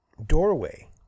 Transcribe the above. doorway